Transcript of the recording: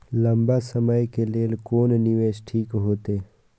लंबा समय के लेल कोन निवेश ठीक होते?